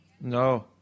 No